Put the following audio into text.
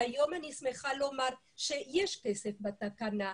והיום אני שמחה לומר שיש כסף בתקנה,